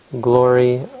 Glory